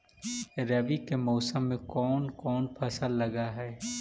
रवि के मौसम में कोन कोन फसल लग है?